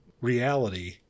reality